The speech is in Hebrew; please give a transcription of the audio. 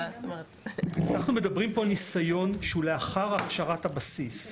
אנחנו מדברים פה על ניסיון שהוא לאחר הכשרת הבסיס.